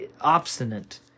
obstinate